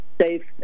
safe